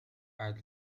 أعد